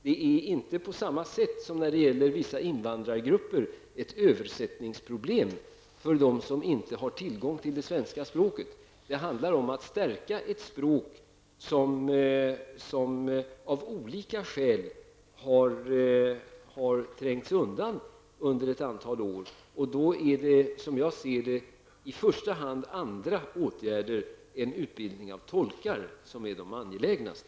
Det är inte på samma sätt som när det gäller vissa invandrargrupper ett översättningsproblem för dem som inte har tillgång till det svenska språket -- det handlar om att stärka ett språk som av olika skäl har trängts undan under ett antal år. Då är det som jag ser det i första hand andra åtgärder än utbildning av tolkar som är det angelägnaste.